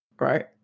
right